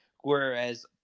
Whereas